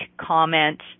comment